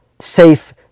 safe